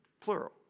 plural